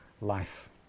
life